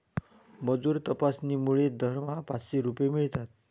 मजूर तपासणीमुळे दरमहा पाचशे रुपये मिळतात